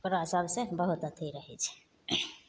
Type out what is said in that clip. ओकरा सबसँ बहुत अथी रहय छै